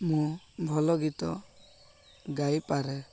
ମୁଁ ଭଲ ଗୀତ ଗାଇପାରେ